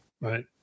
right